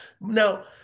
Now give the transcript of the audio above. Now